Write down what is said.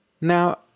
Now